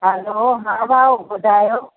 hello हा भाऊ ॿुधायो